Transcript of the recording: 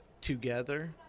together